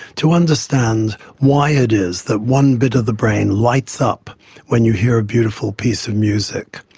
to understand why it is that one bit of the brain lights up when you hear a beautiful piece of music.